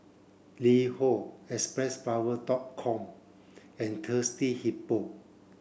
LiHo Xpressflower dot com and Thirsty Hippo